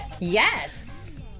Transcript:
Yes